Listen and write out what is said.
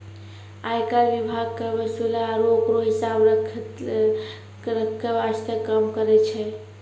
आयकर विभाग कर के वसूले आरू ओकरो हिसाब रख्खै वास्ते काम करै छै